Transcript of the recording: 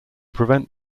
prevent